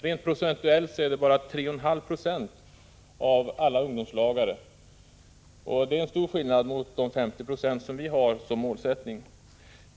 Det är nämligen bara 3,5 70 av alla ungdomslagare, och det är långt ifrån de 50 20 som vi har som målsättning.